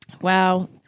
wow